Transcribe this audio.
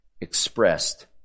expressed